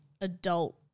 adult